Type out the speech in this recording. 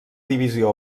divisió